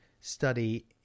study